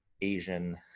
Asian